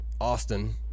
Austin